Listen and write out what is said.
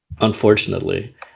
unfortunately